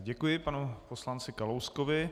Děkuji panu poslanci Kalouskovi.